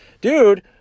dude